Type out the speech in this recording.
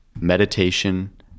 meditation